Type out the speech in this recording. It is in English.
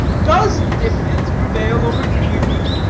does diffidence prevail over duty?